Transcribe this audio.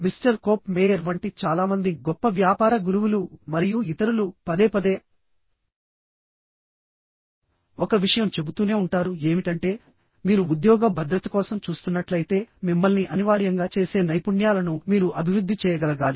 mister Kopmeyer వంటి చాలా మంది గొప్ప వ్యాపార గురువులు మరియు ఇతరులు పదేపదే ఒక విషయం చెబుతూనే ఉంటారు ఏమిటంటే మీరు ఉద్యోగ భద్రత కోసం చూస్తున్నట్లయితే మిమ్మల్ని అనివార్యంగా చేసే నైపుణ్యాలను మీరు అభివృద్ధి చేయగలగాలి